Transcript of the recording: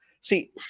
See